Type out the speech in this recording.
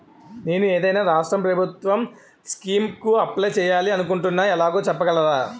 నేను ఏదైనా రాష్ట్రం ప్రభుత్వం స్కీం కు అప్లై చేయాలి అనుకుంటున్నా ఎలాగో చెప్పగలరా?